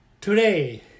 Today